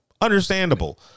Understandable